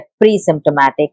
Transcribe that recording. pre-symptomatic